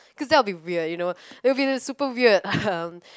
cause that will be weird you know it will be the super weird um